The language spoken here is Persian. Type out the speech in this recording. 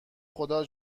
خدا